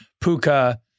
Puka